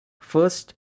First